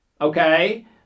okay